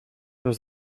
was